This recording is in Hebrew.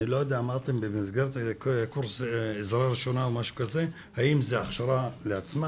אני לא יודע אם במסגרת קורס עזרה ראשונה זו הכשרה,